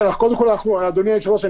אדוני היושב-ראש,